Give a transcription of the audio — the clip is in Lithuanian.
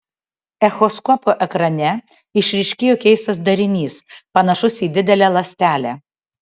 echoskopo ekrane išryškėjo keistas darinys panašus į didelę ląstelę